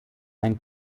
ein